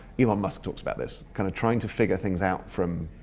elon musk talks about this. kind of trying to figure things out from